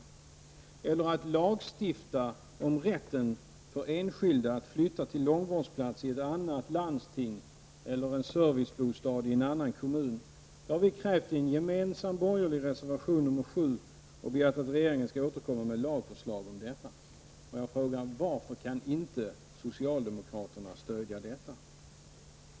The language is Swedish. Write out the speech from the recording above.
Vi anser det nödvändigt att lagstifta om rätten för enskilda att flytta till långvårdsplats i ett annat landsting eller till en servicebostad i en annan kommun. Detta har vi krävt i en gemensam borgerlig reservation, nr 7, och begärt att regeringen skall återkomma med lagförslag om detta. Jag frågar: Varför kan inte socialdemokraterna stödja detta?